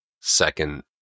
second